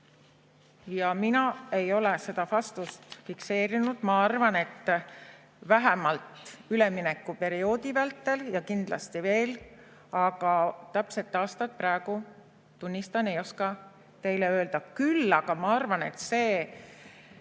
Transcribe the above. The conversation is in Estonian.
ja mina ei ole seda vastust fikseerinud. Ma arvan, et vähemalt üleminekuperioodi vältel ja kindlasti veel, aga täpset aastat praegu, tunnistan, ei oska teile öelda. Küll aga ma arvan, et see